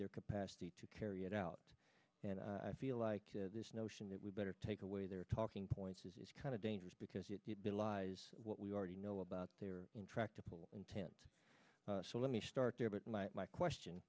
their capacity to carry it out and i feel like this notion that we better take away their talking points is kind of dangerous because it belies what we already know about their intractable intent so let me start there but my my question